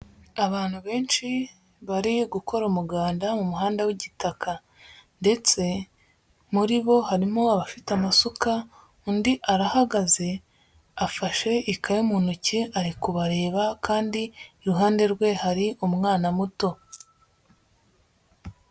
Abantu benshi, bari gukora umuganda mu muhanda w'igitaka. Ndetse, muri bo harimo abafite amasuka, undi arahagaze, afashe ikaye mu ntoki ari kubareba kandi iruhande rwe hari umwana muto.